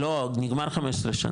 לא, נגמר 15 שנה.